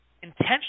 intentionally